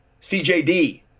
CJD